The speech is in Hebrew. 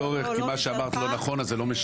אין צורך, כי מה שאמרת לא נכון, אז זה לא משנה.